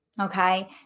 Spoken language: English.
Okay